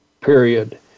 period